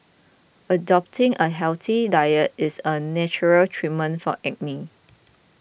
adopting a healthy diet is a natural treatment for acne